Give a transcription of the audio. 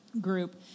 group